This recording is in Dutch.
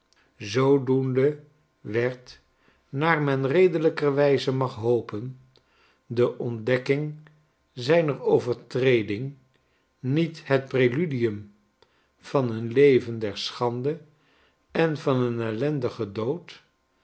zoodoende werd naar menredelijkerwijze maghopen de ontdekking zijner overtreding niet het preludeum van een leven der schande en van een ellendigen dood